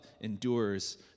endures